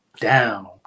down